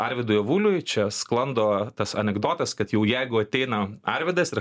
arvydui avuliui čia sklando tas anekdotas kad jau jeigu ateina arvydas ir